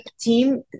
team